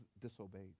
disobeyed